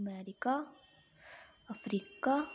America Africa